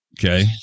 Okay